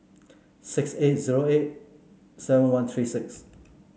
six eight zero eight seven one three six